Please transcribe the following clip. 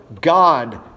God